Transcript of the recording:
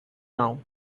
now